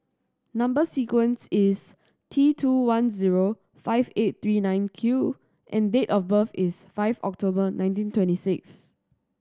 number sequence is T two one zero five eight three nine Q and date of birth is five October nineteen twenty six